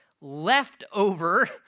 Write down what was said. leftover